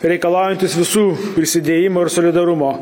reikalaujantis visų prisidėjimo ir solidarumo